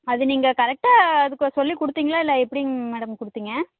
அது நீங்கள் கரெக்டாக அதுக்கொரு சொல்லி கொடுத்திங்களா இல்லை எப்பிடிங்க மேடம் கொடுத்திங்க